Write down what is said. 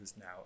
now